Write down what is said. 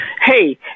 hey